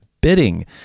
bidding